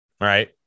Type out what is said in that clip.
right